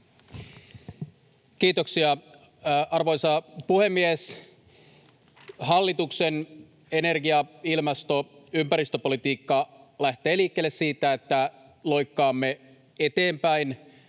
Kiitoksia, arvoisa puhemies! Hallituksen energia-, ilmasto- ja ympäristöpolitiikka lähtee liikkeelle siitä, että loikkaamme eteenpäin